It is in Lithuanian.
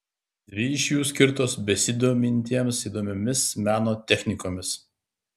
dvi iš jų skirtos besidomintiems įdomiomis meno technikomis